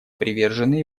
привержены